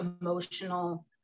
emotional